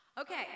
Okay